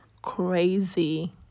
crazy